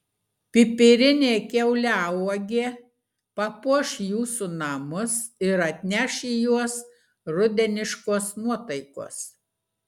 pipirinė kiauliauogė papuoš jūsų namus ir atneš į juos rudeniškos nuotaikos